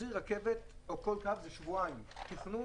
להחזיר רכבת, או כל קו, זה שבועיים תכנון.